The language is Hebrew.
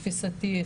תפיסתי,